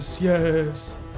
yes